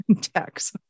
tax